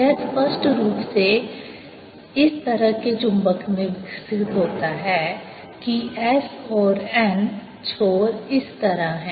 यह स्पष्ट रूप से इस तरह के चुंबक में विकसित होता है कि S और N छोर इस तरह हैं